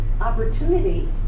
opportunity